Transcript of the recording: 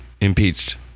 impeached